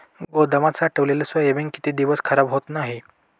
गोदामात साठवलेले सोयाबीन किती दिवस खराब होत नाही?